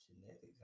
Genetics